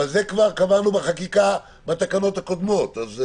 אבל את זה כבר קבענו בחקיקה בתקנות הקודמות.